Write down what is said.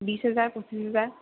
বিশ হেজাৰ পঁচিছ হেজাৰ